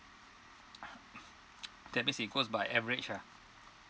that means it goes by average lah